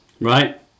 Right